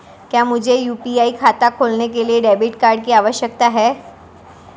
क्या मुझे यू.पी.आई खाता खोलने के लिए डेबिट कार्ड की आवश्यकता है?